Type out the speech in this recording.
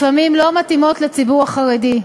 לפעמים לא מתאימים לציבור החרדי.